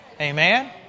Amen